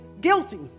guilty